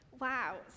wow